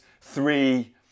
three